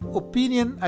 opinion